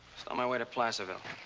on my way to placerville.